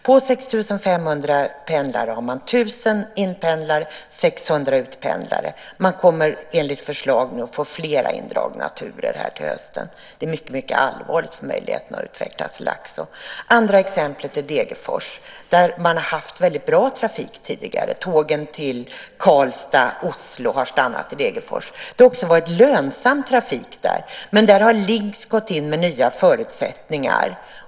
På 6 500 invånare har man 1 000 inpendlare och 600 utpendlare. Enligt förslag kommer det nu att bli flera indragna turer till hösten. Det är mycket allvarligt för möjligheterna att utvecklas i Laxå. Det andra exemplet är Degerfors, där man tidigare har haft väldigt bra trafik. Tågen till Karlstad och Oslo har stannat i Degerfors. Det har också varit lönsam trafik. Men där har Linx gått in med nya förutsättningar.